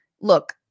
look